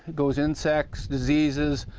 goes insects, diseases,